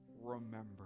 remember